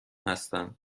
هستند